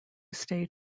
stay